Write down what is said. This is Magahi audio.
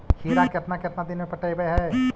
खिरा केतना केतना दिन में पटैबए है?